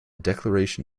declaration